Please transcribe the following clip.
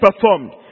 performed